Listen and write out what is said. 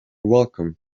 welcomed